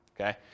Okay